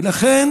ולכן